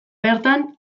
bertan